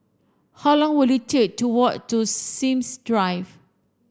how long will it take to walk to Sims Drive